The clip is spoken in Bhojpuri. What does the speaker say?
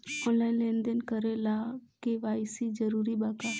आनलाइन लेन देन करे ला के.वाइ.सी जरूरी बा का?